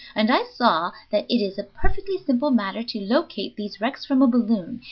and i saw that it is a perfectly simple matter to locate these wrecks from a balloon,